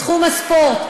בתחום הספורט,